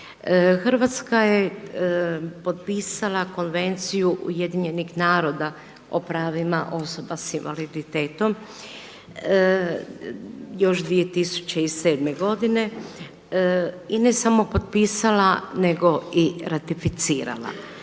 Hrvatska je potpisala Konvenciju Ujedinjenih naroda o pravima osoba sa invaliditetom još 2007. godine. I ne samo potpisala nego i ratificirala.